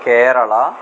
Kerala